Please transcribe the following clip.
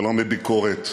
ולא מביקורת,